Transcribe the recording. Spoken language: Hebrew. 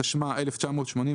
תשמ"א-1981"